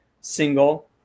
single